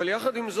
אבל עם זאת,